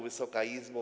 Wysoka Izbo!